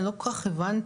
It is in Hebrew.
לא כל כך הבנתי,